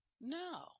No